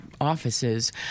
Offices